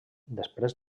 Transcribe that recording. després